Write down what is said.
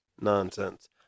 nonsense